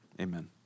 amen